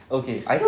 okay I